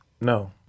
No